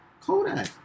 Kodak